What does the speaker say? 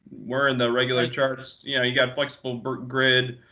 we're in the regular charts. yeah you've got a flexible grid,